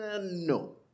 No